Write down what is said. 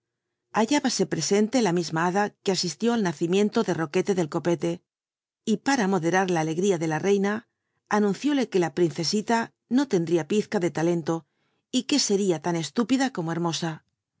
prc cntc la misma bada ue asistió al nacimiento de roquete tll'i copete y para moderar la alegría de la reina auuncióle que la princcsitu no tcntlria pizca de talento r uc cria tan estúpida como hermosa